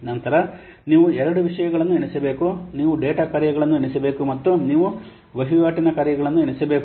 ನಂತರ ನೀವು ಎರಡು ವಿಷಯಗಳನ್ನು ಎಣಿಸಬೇಕು ನೀವು ಡೇಟಾ ಕಾರ್ಯಗಳನ್ನು ಎಣಿಸಬೇಕು ಮತ್ತು ನೀವು ವಹಿವಾಟಿನ ಕಾರ್ಯಗಳನ್ನು ಎಣಿಸಬೇಕು